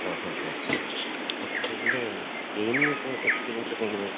ആഹാ ആ അപ്പോൾ ഇതിൻ്റെ ഗെയിമിംഗൊക്കെ എക്സ്പീരിയൻസൊക്കെ എങ്ങനെയാണ്